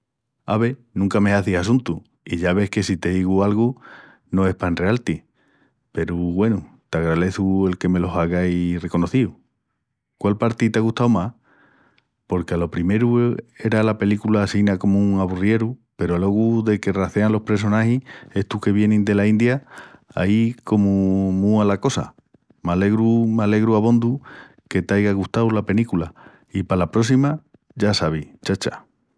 Ave, nunca me hazis assuntu i ya ves que si te digu algu no es pa enrea-ti. Peru, güenu, t'agraleçu el que me lo aigais reconocíu. Quál parti t'á gustau más? Porque alo primeru era la penícula assina comu un aburrieru peru alogu deque racean los pressonagis estus que vienin dela India, ai, comu múa la cosa. M'alegru, m'alegru abondu que t'aiga gustau la penícula i pala próssima, ya sabis, chacha!